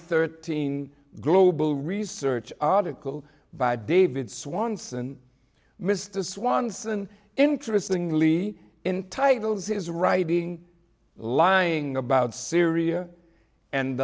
thirteen global research article by david swanson mr swanson interestingly in titles is writing lying about syria and